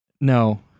No